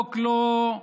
החוק לא,